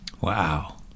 Wow